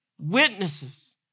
witnesses